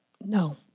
No